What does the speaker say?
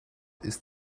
ist